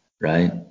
right